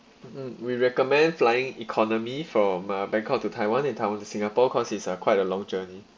mm we recommend flying economy from uh bangkok to taiwan and taiwan to singapore cause it's uh quite a long journey